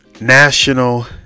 National